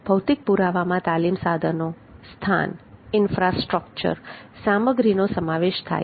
ભૌતિક પુરાવામાં તાલીમ સાધનો સ્થાન ઈન્ફ્રાસ્ટ્રક્ચર સામગ્રીનો સમાવેશ થાય છે